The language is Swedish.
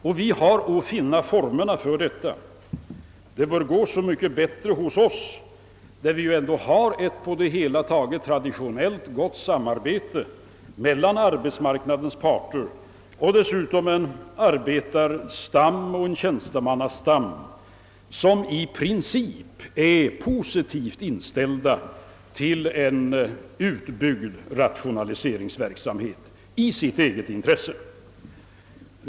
Vår uppgift är nu att söka finna formerna för detta samråd. Det bör gå så mycket bättre som vi i vårt land ändå traditionellt har ett på det hela taget gott samarbete mellan arbetsmarknadens parter och dessutom en arbetaroch tjänstemannastam, som 1 sitt eget intresse i princip är positivt inställd till en utbyggd rationaliseringsverksamhet.